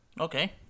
Okay